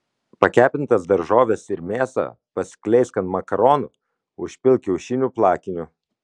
pakepintas daržoves ir mėsą paskleisk ant makaronų užpilk kiaušinių plakiniu